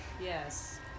Yes